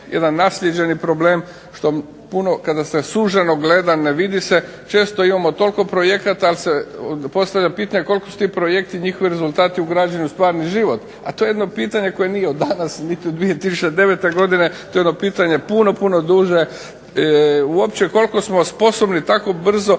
jedan naslijeđeni problem što puno kada se suženo gleda ne vidi se, često imamo toliko projekata ali se postavlja pitanje koliko će ti projekti, njihovi rezultati ugrađeni u stvarni život. A to je jedno pitanje niti danas niti od 2009. godine, to je ono pitanje puno, puno duže uopće koliko smo sposobni tako brzo